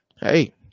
hey